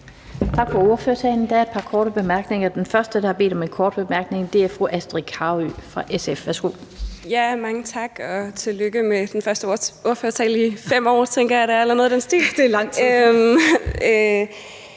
Tak for ordførertalen. Der er par korte bemærkninger. Den første, der har bedt om en kort bemærkning, er fru Astrid Carøe fra SF. Værsgo. Kl. 16:45 Astrid Carøe (SF): Mange tak. Og tillykke med den første ordførertale i 5 år, tænker jeg det er, eller noget i den stil.